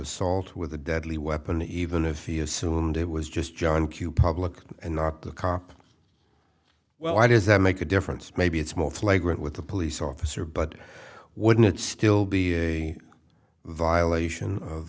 assault with a deadly weapon even if he assumed it was just john q public and not the cop well i does that make a difference maybe it's more flagrant with the police officer but wouldn't it still be a violation of